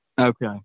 okay